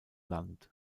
land